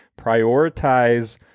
Prioritize